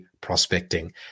Prospecting